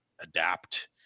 adapt